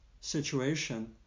situation